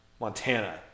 Montana